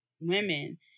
women